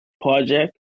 project